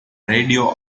radio